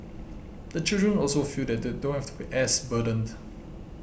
the children also feel that they don't have to be as burdened